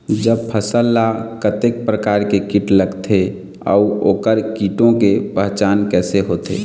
जब फसल ला कतेक प्रकार के कीट लगथे अऊ ओकर कीटों के पहचान कैसे होथे?